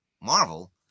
Marvel